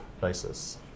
basis